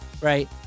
right